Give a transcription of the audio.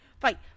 Fight